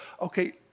okay